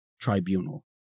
tribunal